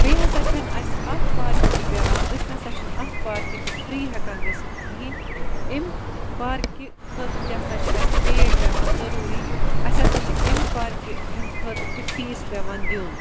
بیٚیہِ ہَسا چھَنہٕ اَسہِ اتھ پارکہِ تہِ پیٚوان أسۍ نَسا چھِنہٕ اتھ پارکہِ تہِ فری ہیٚکان گٔژھِتھ کِہینۍ امہِ پارکہِ خٲطرٕ تہِ ہَسا چھُ اَسہِ پیڑ پیٚوان ضروٗری اَسہِ ہَسا چھ امہِ پارکہِ ہِنٛد خٲطرٕ تہِ فیٖس پیٚوان دیُن